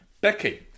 Becky